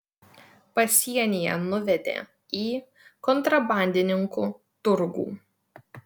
pasienyje nuvedė į kontrabandininkų turgų